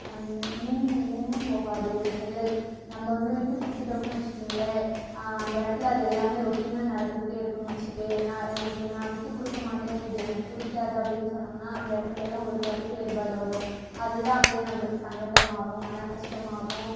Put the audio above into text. அந் நின் நின்று போகாது ஒரு செயல் நம்ம வந்து விட்டு கொடுத்துட்டோம்ன்னு வச்சுக்கங்களேன் அந்த இடத்துல அது எல்லாமே ரொட்டீனாக நடந்துக்கிட்டே இருக்கும்னு வச்சுக்கே நான் எனக்கு நான் விட்டுக்கொடுக்க மாட்டேன் இது எனக்கு பிடிக்காது அப்படின்னு சொன்னோம்ன்னால் அந்த இடத்துலதான் ஒரு கருத்து வேறுபாடு வரும் அதுதான் அப்படியே நம்மளுக்கு சங்கட்டமாகும் மன கஷ்டமாகும்